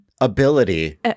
ability